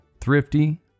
thrifty